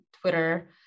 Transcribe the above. Twitter